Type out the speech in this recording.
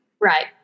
right